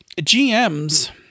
GMs